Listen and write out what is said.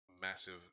Massive